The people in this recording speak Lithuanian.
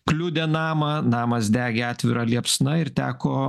kliudė namą namas degė atvira liepsna ir teko